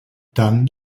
dann